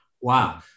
Wow